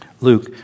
Luke